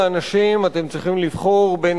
חוק שאומר לאנשים: אתם צריכים לבחור בין